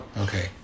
Okay